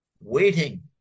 waiting